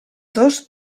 dos